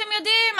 אתם יודעים,